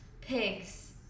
pigs